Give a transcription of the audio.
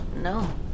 No